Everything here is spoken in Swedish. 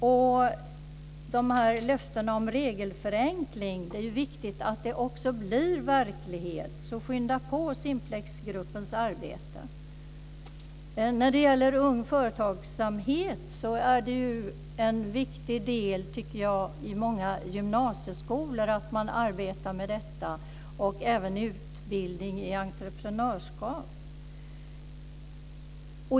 Det är viktigt att löftena om regelförenkling också blir verklighet. Därför säger jag: Skynda på Simplexgruppens arbete! När det gäller ung företagsamhet tycker jag att det är en viktig del att man i många gymnasieskolor arbetar med detta och även har utbildning i entreprenörskap.